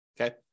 okay